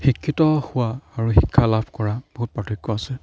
শিক্ষিত হোৱা আৰু শিক্ষা লাভ কৰা বহুত পাৰ্থক্য আছে